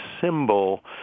symbol